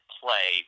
play